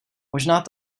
možná